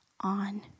on